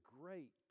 great